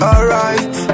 Alright